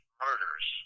murders